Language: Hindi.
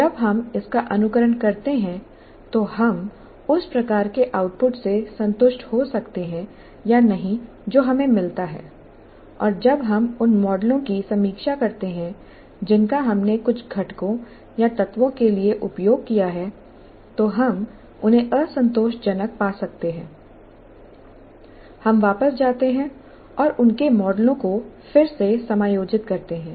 जब हम इसका अनुकरण करते हैं तो हम उस प्रकार के आउटपुट से संतुष्ट हो सकते हैं या नहीं जो हमें मिलता है और जब हम उन मॉडलों की समीक्षा करते हैं जिनका हमने कुछ घटकों या तत्वों के लिए उपयोग किया है तो हम उन्हें असंतोषजनक पा सकते हैं हम वापस जाते हैं और उनके मॉडलों को फिर से समायोजित करते हैं